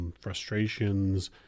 Frustrations